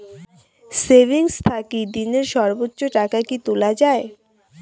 Savings থাকি দিনে সর্বোচ্চ টাকা কি তুলা য়ায়?